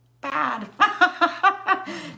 bad